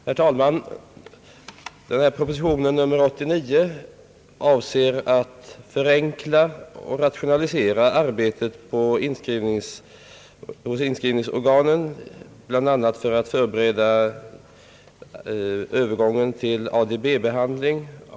Herr talman! Proposition nr 89 avser att förenkla och rationalisera arbetet hos inskrivningsorganen, bl.a. för att förbereda övergången till ADB-behandling.